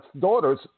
daughters